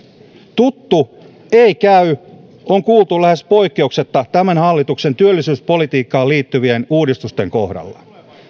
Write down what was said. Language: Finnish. tuttu ei käy on kuultu lähes poikkeuksetta tämän hallituksen työllisyyspolitiikkaan liittyvien uudistusten kohdalla